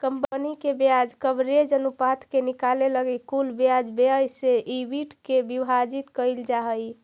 company के ब्याज coverage अनुपात के निकाले लगी कुल ब्याज व्यय से ईबिट के विभाजित कईल जा हई